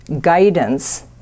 guidance